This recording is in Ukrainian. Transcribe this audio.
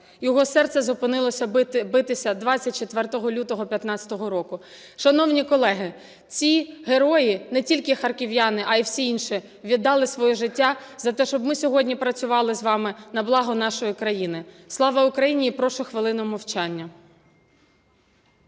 його серце зупинилося битися 24 лютого 15-го року. Шановні колеги, ці герої, не тільки харків'яни, а й всі інші, віддали своє життя за те, щоб ми сьогодні працювали з вами на благо нашої країни. Слава Україні! І прошу хвилину мовчання.